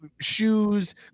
shoes